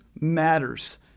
matters